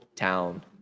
town